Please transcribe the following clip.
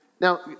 Now